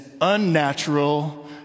unnatural